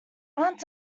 aunt